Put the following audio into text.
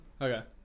Okay